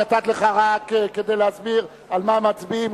נתתי לך רק כדי להסביר על מה מצביעים,